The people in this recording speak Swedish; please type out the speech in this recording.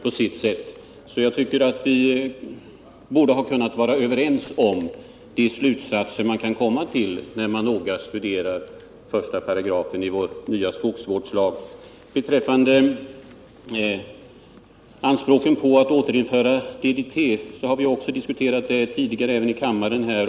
Jag tycker därför att vi borde kunna bli överens om vilka slutsatser man bör dra efter ett noggrant studium av 1 § i den nya skogsvårdslagen. Kravet på att återinföra DDT har vi diskuterat tidigare här i kammaren.